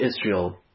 Israel